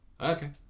okay